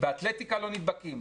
באתלטיקה לא נדבקים.